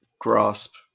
grasp